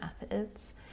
methods